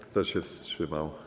Kto się wstrzymał?